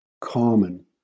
common